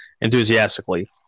enthusiastically